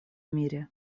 мире